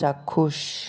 চাক্ষুষ